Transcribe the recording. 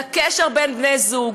לקשר בין בני-זוג,